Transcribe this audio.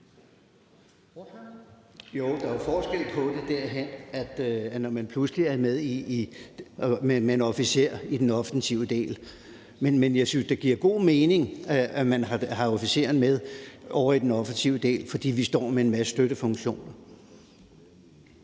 Jo, der er jo forskel på det, når man pludselig er med med en officer i den offensive del. Men jeg synes, det giver god mening, at man har officeren med ovre i den offensive del, fordi vi står med en masse støttefunktioner.